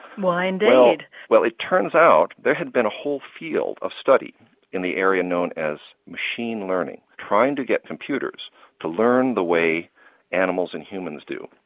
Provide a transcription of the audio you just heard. why indeed? well it turns out there had been a whole field of study in the area known as machine learning, trying to get computers to learn the way animals and humans do.